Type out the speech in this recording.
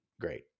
great